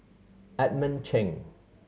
Edmund Cheng